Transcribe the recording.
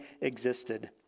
existed